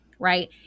Right